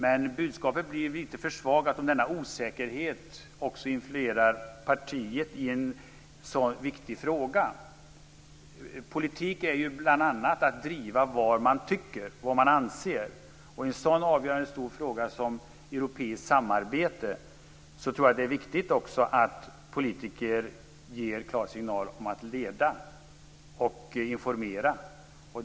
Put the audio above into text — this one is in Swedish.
Men budskapet blir lite försvagat om denna osäkerhet också influerar partiet i en sådan viktig fråga. Politik är bl.a. att driva sina åsikter. I en så avgörande stor fråga som frågan om europeiskt samarbete tror jag att det är viktigt att politiker ger klara signaler och leder och informerar.